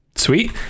sweet